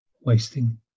wasting